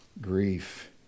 grief